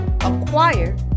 acquire